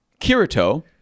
Kirito